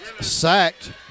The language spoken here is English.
sacked